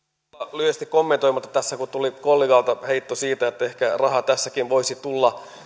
lyhyesti kommentoimatta kun tuli kollegalta heitto siitä että ehkä raha tässäkin voisi tulla